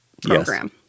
program